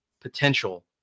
potential